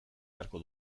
beharko